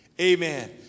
amen